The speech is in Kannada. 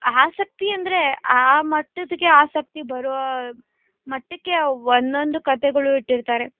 ಆಸಕ್ತಿ ಅಂದರೆ ಆ ಮಟ್ಟದ್ದಕ್ಕೆ ಆಸಕ್ತಿ ಬರೋ ಮಟ್ಟಕ್ಕೆ ಒಂದೊಂದು ಕಥೆಗಳು ಇಟ್ಟಿರ್ತಾರೆ